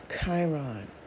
Chiron